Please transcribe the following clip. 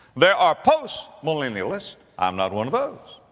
there are post-millennialists. i'm not one of those.